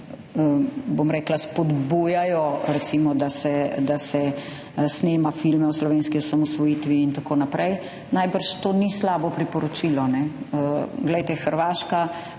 bom rekla, spodbujajo recimo, da se snema filme o slovenski osamosvojitvi in tako naprej, najbrž to ni slabo priporočilo. Poglejte, Hrvaška